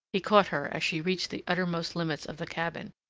he caught her, as she reached the uttermost limits of the cabin,